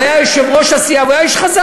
הוא היה יושב-ראש הסיעה, והוא היה איש חזק.